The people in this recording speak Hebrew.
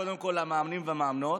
קודם כול למאמנים ולמאמנות.